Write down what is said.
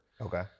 Okay